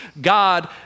God